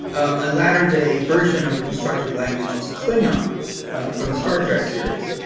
a latter day version of a constructed language is klingon from the star trek series.